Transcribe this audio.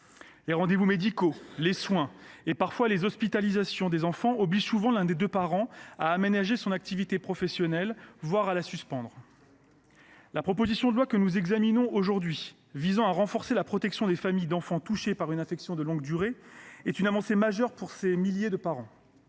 Les rendez vous médicaux, les soins, voire les hospitalisations des enfants obligent souvent l’un des deux parents à aménager son activité professionnelle, parfois à la suspendre. La proposition de loi que nous examinons aujourd’hui, visant à renforcer la protection des familles d’enfants touchés par une affection de longue durée, est une avancée majeure pour ces milliers de parents.